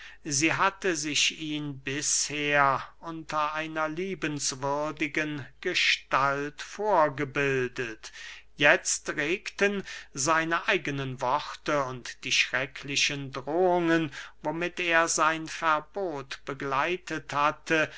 sie hatte sich ihn bisher unter einer liebenswürdigen gestalt vorgebildet jetzt regten seine eigene worte und die schrecklichen drohungen womit er sein verbot begleitet hatte